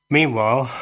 Meanwhile